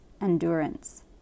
endurance